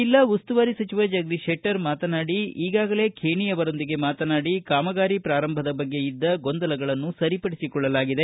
ಜಿಲ್ಲಾ ಉಸ್ತುವಾರಿ ಸಚಿವ ಜಗದೀಶ ಶೆಟ್ಟರ ಮಾತನಾಡಿ ಈಗಾಗಲೇ ಬೇಣಿ ಅವರೊಂದಿಗೆ ಮಾತನಾಡಿ ಕಾಮಗಾರಿ ಪೂರಂಭದ ಬಗ್ಗೆ ಇದ್ದ ಗೊಂದಲಗಳನ್ನು ಸರಿಪಡಿಸಿಕೊಳ್ಳಲಾಗಿದೆ